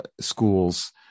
schools